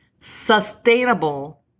sustainable